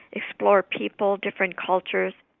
explore people, different cultures.